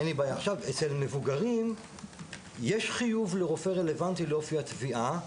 אצל מבוגרים יש חיוב לרופא רלוונטי לאופי התביעה.